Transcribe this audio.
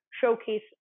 showcase